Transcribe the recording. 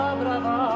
brava